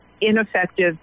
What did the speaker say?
ineffective